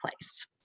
place